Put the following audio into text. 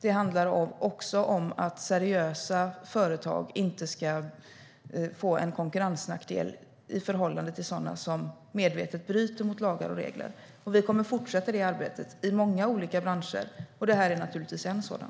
Det handlar också om att seriösa företag inte ska få en konkurrensnackdel i förhållande till sådana som medvetet bryter mot lagar och regler. Vi kommer att fortsätta det arbetet i många olika branscher. Det här är naturligtvis en sådan.